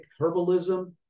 herbalism